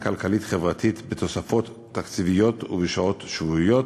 כלכלית-חברתית בתוספות תקציביות ובשעות שבועיות,